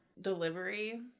delivery